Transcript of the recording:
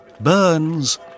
burns